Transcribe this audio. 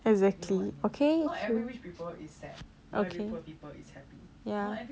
exactly okay ya